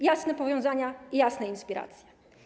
Jasne powiązania i jasne inspiracje.